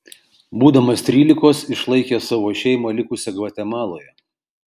būdamas trylikos išlaikė savo šeimą likusią gvatemaloje